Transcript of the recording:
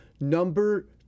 Number